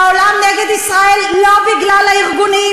והעולם נגד ישראל לא בגלל הארגונים,